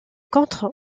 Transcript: contre